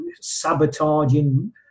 sabotaging